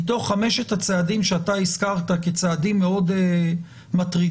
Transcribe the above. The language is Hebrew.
מתוך חמשת הצעדים שאתה הזכרת כצעדים מאוד מטרידים,